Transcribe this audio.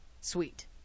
sweet